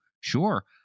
sure